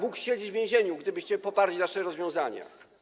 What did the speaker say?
Mógł siedzieć w więzieniu, gdybyście poparli nasze rozwiązania.